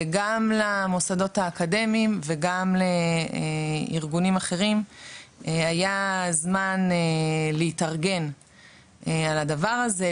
גם למוסדות האקדמיים וגם לארגונים אחרים היה זמן להתארגן על הדבר הזה,